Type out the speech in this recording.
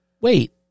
Wait